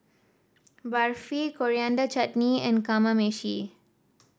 Barfi Coriander Chutney and Kamameshi